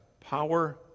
power